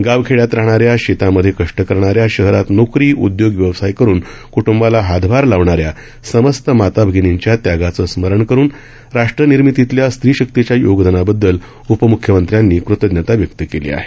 गाव खेड्यात राहणाऱ्या शेतामध्ये कष्ट करणाऱ्या शहरांमध्ये नोकरी उद्योग व्यवसाय करून कृटुंबाला हातभार लावणाऱ्या समस्त माता भगिनींच्या त्यागाचं स्मरण करून राष्ट्रनिर्मितीतल्या स्त्रीशक्तीच्या योगदानाबददल उपमुख्यमंत्र्यांनी कृतज्ञता व्यक्त केली आहे